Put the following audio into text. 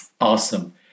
Awesome